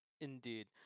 Indeed